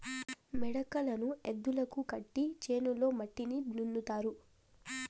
మడకలను ఎద్దులకు కట్టి చేనులో మట్టిని దున్నుతారు